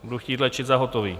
Budu chtít léčit za hotový.